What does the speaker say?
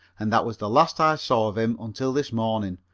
and that was the last i saw of him until this morning,